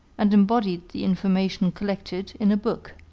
and embodied the information collected in a book,